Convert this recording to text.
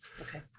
Okay